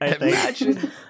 Imagine